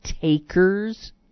takers